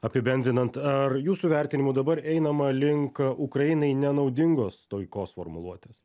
apibendrinant ar jūsų vertinimu dabar einama link ukrainai nenaudingos taikos formuluotės